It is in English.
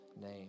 name